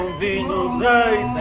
the new day